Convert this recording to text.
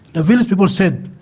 ah village people said,